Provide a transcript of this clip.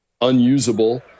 unusable